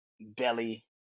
belly